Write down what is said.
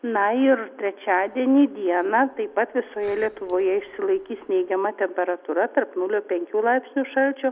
na ir trečiadienį dieną taip pat visoje lietuvoje išsilaikys neigiama temperatūra tarp nulio penkių laipsnių šalčio